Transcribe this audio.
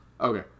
Okay